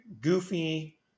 goofy